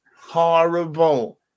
horrible